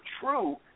true